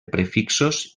prefixos